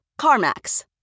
CarMax